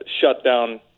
shutdown